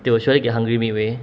they will surely get hungry midway